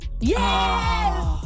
Yes